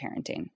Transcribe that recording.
parenting